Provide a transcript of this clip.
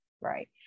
right